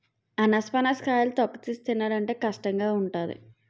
అనాసపనస కాయలు తొక్కతీసి తినాలంటే కష్టంగావుంటాది